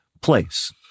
place